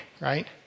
right